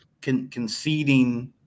conceding